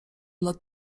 lat